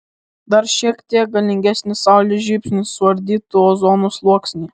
dar šiek tiek galingesnis saulės žybsnis suardytų ozono sluoksnį